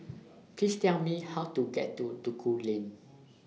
Please Tell Me How to get to Duku Lane